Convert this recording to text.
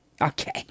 Okay